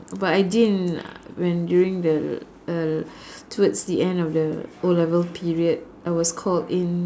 but I didn't when during the uh towards the end of the O-level period I was called in